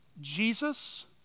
Jesus